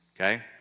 Okay